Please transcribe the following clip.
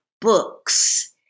books